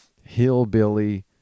hillbilly